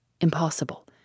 Impossible